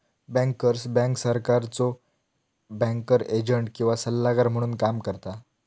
bankers bank सरकारचो banker agent किंवा सल्लागार म्हणून काम करता